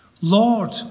Lord